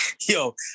Yo